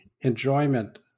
enjoyment